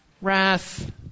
wrath